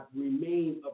remain